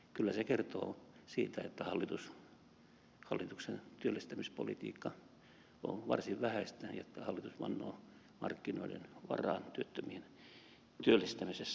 kyllä se kertoo siitä että hallituksen työllistämispolitiikka on varsin vähäistä ja että hallitus vannoo markkinoiden varaan työttömien työllistämisessä